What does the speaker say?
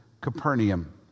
Capernaum